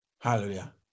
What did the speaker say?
Hallelujah